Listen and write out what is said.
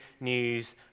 news